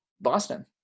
Boston